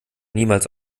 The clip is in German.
niemals